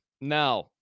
Now